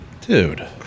Dude